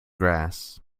grass